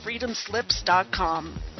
freedomslips.com